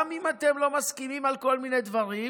גם אם אתם לא מסכימים על כל מיני דברים,